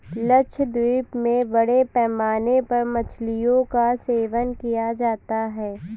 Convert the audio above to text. लक्षद्वीप में बड़े पैमाने पर मछलियों का सेवन किया जाता है